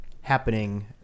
happening